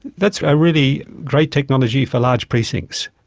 that's a really great technology for large precincts.